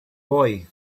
boy